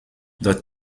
the